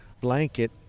blanket